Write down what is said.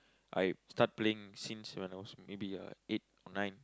I start playing since when I was maybe like eight or nine